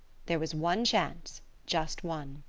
there was one chance just one.